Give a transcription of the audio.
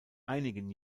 einigen